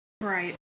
Right